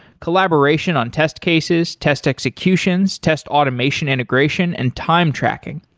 collaboration on test cases, test executions, test automation integration and time tracking.